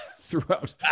throughout